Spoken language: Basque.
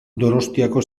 donostiako